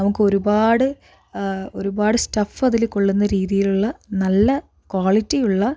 നമുക്കൊരുപാട് ഒരുപാട് സ്റ്റഫ് അതില് കൊള്ളുന്ന രീതിയിലുള്ള നല്ല ക്വാളിറ്റി ഉള്ള